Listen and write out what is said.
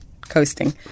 coasting